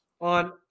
on